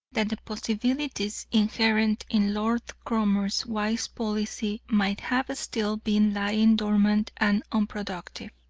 that the possibilities inherent in lord cromer's wise policy might have still been lying dormant and unproductive,